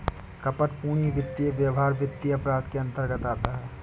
कपटपूर्ण वित्तीय व्यवहार वित्तीय अपराध के अंतर्गत आता है